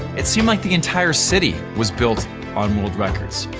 it seemed like the entire city was built on world records.